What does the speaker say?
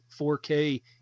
4K